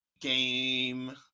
Game